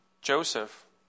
Joseph